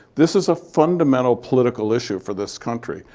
this is a fundamental political issue for this country.